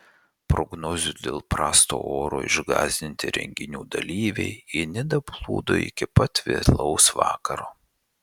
prognozių dėl prasto oro išgąsdinti renginių dalyviai į nidą plūdo iki pat vėlaus vakaro